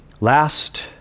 last